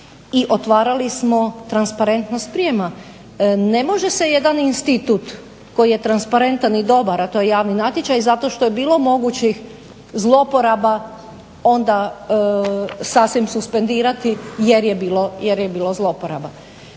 i otvarali smo transparentnost prijema. Ne može se jedan institut koji je transparentan i dobar a to je javni natječaj zato što je bilo mogućih zlouporaba onda sasvim suspendirati jer je bilo zlouporaba.